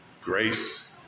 Grace